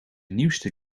nieuwste